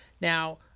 Now